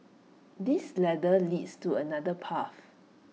this ladder leads to another path